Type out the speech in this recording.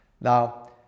Now